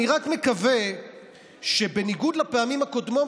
אני רק מקווה שבניגוד לפעמים הקודמות